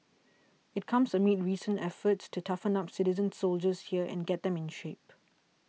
it comes amid recent efforts to toughen up citizen soldiers here and get them in shape